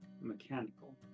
mechanical